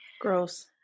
Gross